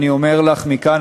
אני אומר לך מכאן,